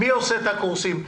מי עושה את הקורסים?